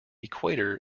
equator